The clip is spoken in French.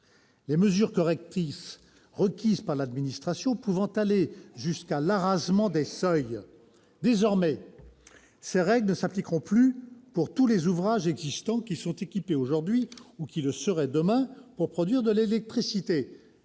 les mesures correctrices requises par l'administration pouvant aller jusqu'à l'arasement des seuils. Désormais, ces règles ne s'appliqueront plus pour tous les ouvrages existants qui sont équipés aujourd'hui, ou qui le seraient demain, pour produire de l'électricité